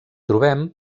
trobem